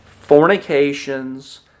fornications